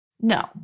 No